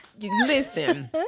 Listen